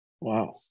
Wow